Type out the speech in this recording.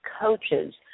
coaches